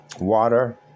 water